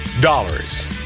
dollars